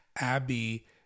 Abby